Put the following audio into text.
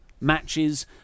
matches